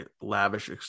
lavish